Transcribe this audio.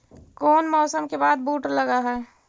कोन मौसम के बाद बुट लग है?